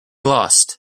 lost